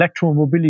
electromobility